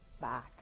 back